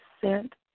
sent